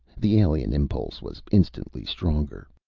the alien impulse was instantly stronger.